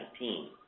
2019